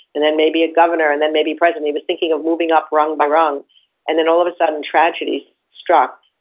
and then maybe a governor, and then maybe president. he was thinking of moving up rung by rung and then all of a sudden tragedy struck.